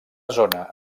zona